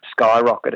skyrocketed